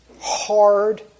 hard